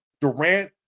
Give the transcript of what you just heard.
Durant